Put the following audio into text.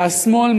מהשמאל,